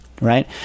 Right